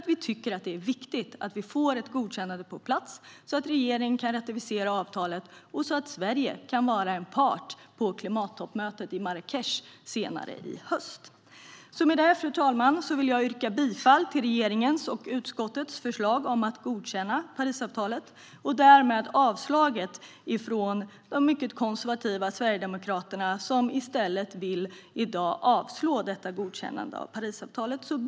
Vi tycker att det är viktigt att vi får ett godkännande på plats så att regeringen kan ratificera avtalet och Sverige kan vara en part vid klimattoppmötet i Marrakech senare i höst. Jag vill yrka bifall till regeringens och utskottets förslag om att godkänna Parisavtalet och avslag på reservationen från de mycket konservativa Sverigedemokraterna, vilka i dag vill yrka avslag på ett godkännande av Parisavtalet. Fru talman!